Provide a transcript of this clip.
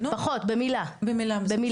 במילה.